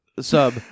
sub